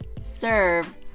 serve